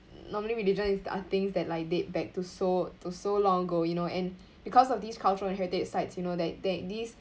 normally religion is are things like date back to so to so long ago you know and because of these cultural and heritage sites you know that that this